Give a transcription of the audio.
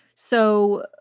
so,